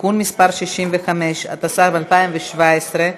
(תיקון מס' 65), התשע"ז 2017,